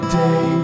day